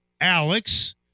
Alex